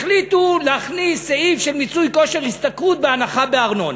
החליטו להכניס סעיף של מיצוי כושר השתכרות בהנחה הארנונה.